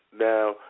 Now